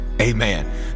amen